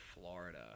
Florida